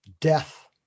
Death